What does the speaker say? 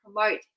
promote